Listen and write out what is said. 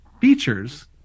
features